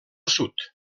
sud